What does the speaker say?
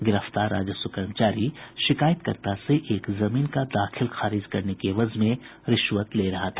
गिरफ्तार राजस्व कर्मचारी शिकायतकर्ता से एक जमीन का दाखिल खारिज करने के एवज में रिश्वत ले रहा था